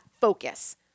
focus